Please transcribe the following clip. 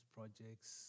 projects